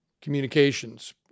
communications